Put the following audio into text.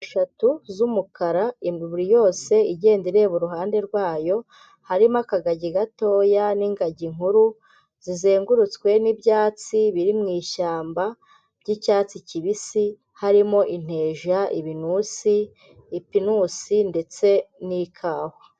Eshatu z'umukara buri yose igenda ireba iruhande rwayo harimo akagagi gatoya n'ingagi nkuru zizengurutswe n'ibyatsi biri mu ishyamba ry'icyatsi kibisi harimo inteja, ibintusi, ipinusi ndetse n'ikawa.